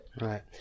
Right